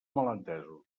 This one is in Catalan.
malentesos